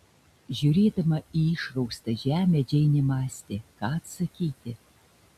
žiūrėdama į išraustą žemę džeinė mąstė ką atsakyti